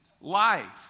Life